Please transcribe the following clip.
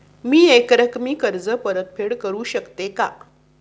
मी एकरकमी कर्ज परतफेड करू शकते का?